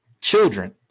children